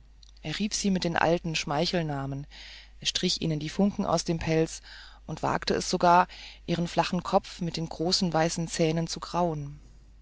er rief sie mit den alten schmeichelnamen er strich ihnen die funken aus dem pelz und wagte es sogar ihren flachen kopf mit den großen weißen zähnen zu kraulen